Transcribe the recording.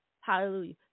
Hallelujah